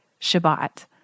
Shabbat